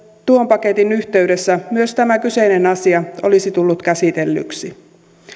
tuon paketin yhteydessä myös tämä kyseinen asia olisi tullut käsitellyksi